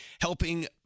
helping